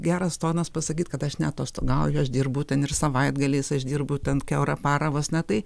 geras tonas pasakyt kad aš neatostogauju aš dirbu ten ir savaitgaliais aš dirbu ten kiaurą parą vos ne tai